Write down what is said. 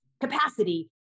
capacity